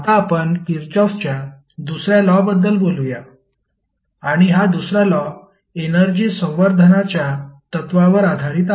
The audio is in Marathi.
आता आपण किरचॉफच्या दुसर्या लॉ बद्दल बोलूया आणि हा दुसरा लॉ एनर्जी संवर्धनाच्या तत्त्वावर आधारित आहे